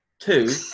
Two